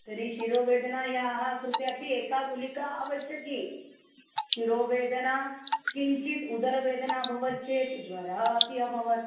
तर्हि शिरोवेदनायाः कृते अपि एका गुलिका आवश्यकी शिरोवेदना किञ्चित् उदरवेदना भवति चेत् ज्वरः अपि अभवत्